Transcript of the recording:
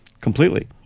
completely